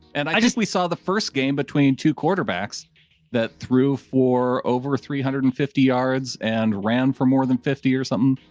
and i just, we saw the first game between two quarterbacks that threw for over three hundred and fifty yards and ran for more than fifty or something.